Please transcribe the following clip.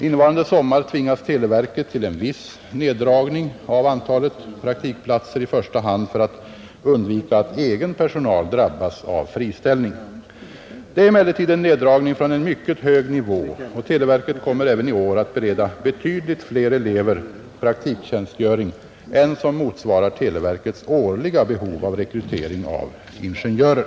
Innevarande sommar tvingas televerket till en viss neddragning av antalet praktikplatser, i första hand för att undvika att egen personal drabbas av friställning. Det är emellertid en neddragning från en mycket hög nivå, och televerket kommer även i år att bereda betydligt fler elever praktiktjänstgöring än som motsvarar televerkets årliga behov av rekrytering av ingenjörer,